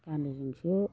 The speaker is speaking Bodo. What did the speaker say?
गामिजोंसो